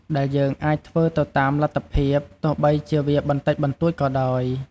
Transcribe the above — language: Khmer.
ដែលយើងអាចធ្វើទៅតាមលទ្ធភាព ទោះបីជាវាបន្តិចបន្តួចក៏ដោយ។